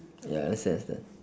ya understand understand